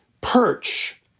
perch